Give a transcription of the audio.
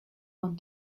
want